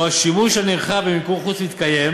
שבו השימוש הנרחב במיקור חוץ מתקיים,